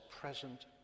present